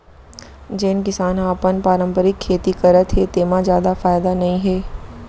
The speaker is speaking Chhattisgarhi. जेन किसान ह अपन पारंपरिक खेती करत हे तेमा जादा फायदा नइ हे